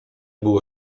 było